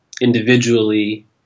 individually